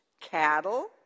Cattle